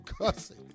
cussing